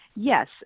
Yes